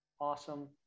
Awesome